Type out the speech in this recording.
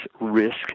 risk